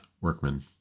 workmen